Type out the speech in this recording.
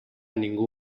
ningú